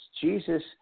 Jesus